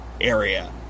area